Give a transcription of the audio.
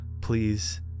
please